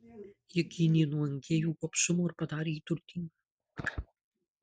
ji gynė nuo engėjų gobšumo ir padarė jį turtingą